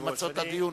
למצות את הדיון.